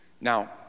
Now